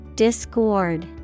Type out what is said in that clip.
Discord